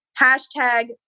hashtag